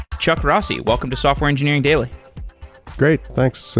chuck rossi, welcome to software engineering daily great, thanks.